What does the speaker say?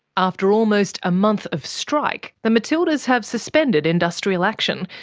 after almost a month of strike, the matildas have suspended industrial action,